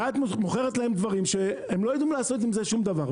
ואת מוכרת להם דברים שהם לא ידעו לעשות עם זה שום דבר.